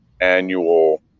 annual